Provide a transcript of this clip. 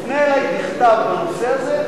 תפנה אלי בכתב בנושא הזה,